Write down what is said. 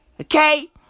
Okay